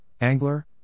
Angler